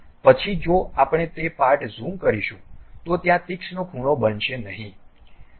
પછી જો આપણે તે પાર્ટ ઝૂમ કરીશું તો ત્યાં તીક્ષ્ણ ખૂણો બનશે નહીં